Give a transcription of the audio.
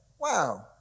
Wow